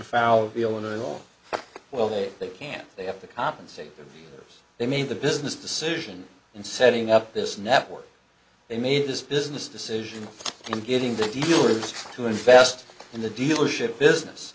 afoul of illinois law well they they can't they have to compensate us they made the business decision in setting up this network they made this business decision and getting the dealers to invest in the dealership business